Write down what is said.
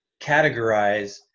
categorize